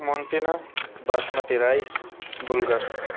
منتینہ basmati rice بلگر